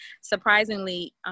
surprisingly